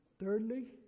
thirdly